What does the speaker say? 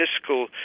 fiscal